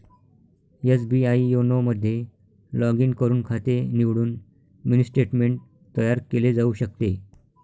SBI YONO मध्ये log in करून खाते निवडून मिनी स्टेटमेंट तयार केले जाऊ शकते